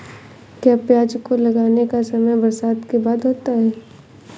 क्या प्याज को लगाने का समय बरसात के बाद होता है?